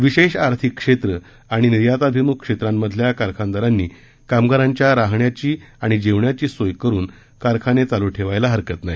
विशेष आर्थिक क्षेत्र आणि निर्यातभिमुख क्षेत्रांतल्या कारखानदारांनी कामगारांच्या राहण्याची आणि जेवण्याची सोय करून कारखाने चालू ठेवायला हरकत नाही